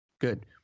Good